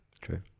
True